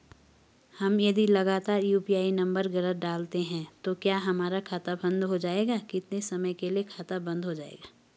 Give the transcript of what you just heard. हम यदि लगातार यु.पी.आई नम्बर गलत डालते हैं तो क्या हमारा खाता बन्द हो जाएगा कितने समय के लिए खाता बन्द हो जाएगा?